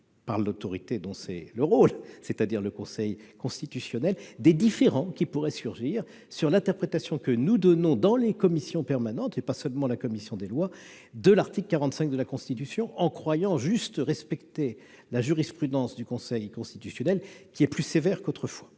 par l'autorité compétente, c'est-à-dire le Conseil constitutionnel, des différends susceptibles de surgir sur l'interprétation que nous donnons dans les commissions permanentes, et pas seulement au sein de la commission des lois, de l'article 45 de la Constitution, en croyant juste respecter la jurisprudence du Conseil constitutionnel, qui est plus sévère qu'autrefois.